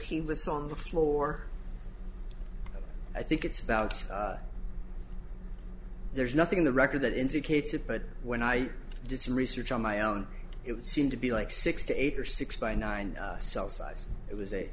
he was on the floor i think it's about there's nothing in the record that indicates it but when i did some research on my own it seemed to be like six to eight or six by nine cell size it was a